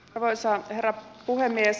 arvoisa herra puhemies